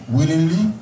Willingly